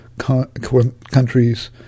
countries